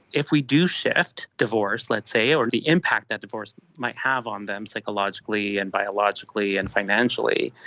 if we do shift divorce let's say, or the impact that divorce might have on them psychologically and biologically and financially,